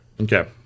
Okay